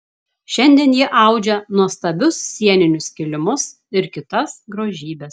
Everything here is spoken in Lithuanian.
šiandien ji audžia nuostabius sieninius kilimus ir kitas grožybes